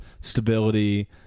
stability